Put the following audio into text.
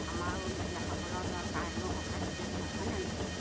আমাৰো মহিলাসকলৰ ধৰক টাইমৰ কথা থাকে নহয় হয়নে নহয়